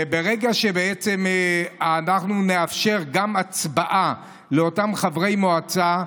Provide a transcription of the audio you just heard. ברגע שבעצם אנחנו נאפשר גם הצבעה לאותם חברי מועצה,